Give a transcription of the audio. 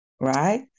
right